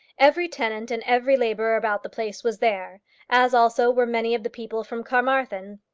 every tenant and every labourer about the place was there as also were many of the people from carmarthen.